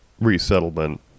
resettlement